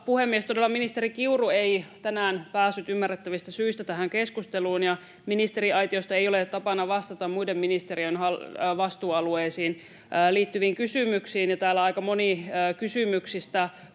Todella ministeri Kiuru ei tänään päässyt ymmärrettävistä syistä tähän keskusteluun. Ministeriaitiosta ei ole tapana vastata muiden ministerien vastuualueisiin liittyviin kysymyksiin, ja täällä aika moni kysymyksistä